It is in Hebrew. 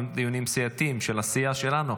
דיונים סיעתיים של הסיעה שלנו,